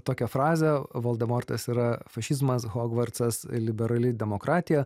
tokią frazę voldemortas yra fašizmas hogvartsas liberali demokratija